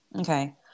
Okay